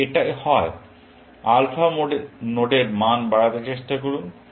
যদি এটি হয় আলফা নোড এর মান বাড়াতে চেষ্টা করুন